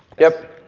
yep.